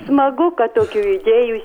smagu kad tokių idėjų